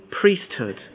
priesthood